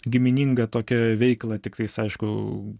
giminingą tokią veiklą tiktais aišku